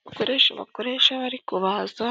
Ibikoresho bakoresha bari kubaza,